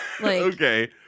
okay